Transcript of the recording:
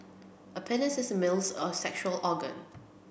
a penis is a male's a sexual organ